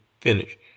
finish